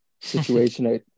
situation